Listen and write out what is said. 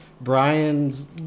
brian's